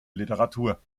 literatur